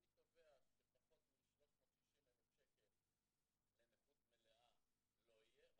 אני קובע שפחות מ-360,000 שקל לנכות מלאה לא יהיה,